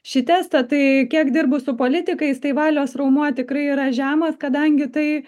šį testą tai kiek dirbu su politikais tai valios raumuo tikrai yra žemas kadangi tai